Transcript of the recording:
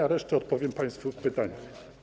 Na resztę odpowiem państwu po pytaniach.